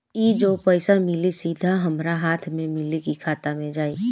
ई जो पइसा मिली सीधा हमरा हाथ में मिली कि खाता में जाई?